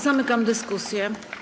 Zamykam dyskusję.